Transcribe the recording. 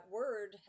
word